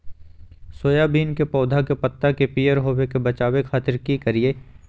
Soybean के पौधा के पत्ता के पियर होबे से बचावे खातिर की करिअई?